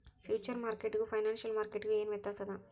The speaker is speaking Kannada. ಫ್ಯೂಚರ್ ಮಾರ್ಕೆಟಿಗೂ ಫೈನಾನ್ಸಿಯಲ್ ಮಾರ್ಕೆಟಿಗೂ ಏನ್ ವ್ಯತ್ಯಾಸದ?